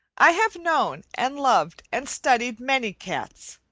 i have known, and loved, and studied many cats,